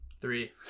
three